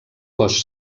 cos